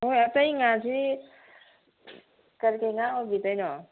ꯍꯣꯏ ꯑꯇꯩ ꯉꯥꯖꯤ ꯀꯔꯤ ꯉꯥ ꯑꯣꯏꯕꯤꯗꯣꯏꯅꯣ